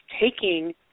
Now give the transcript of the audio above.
taking